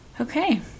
Okay